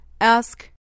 Ask